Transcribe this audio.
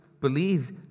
believe